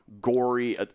gory